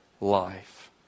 life